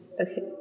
Okay